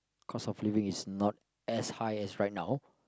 cost of living is not as high as right now